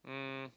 um